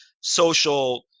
social